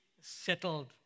settled